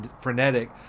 frenetic